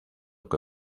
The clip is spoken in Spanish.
que